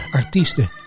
artiesten